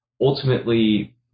ultimately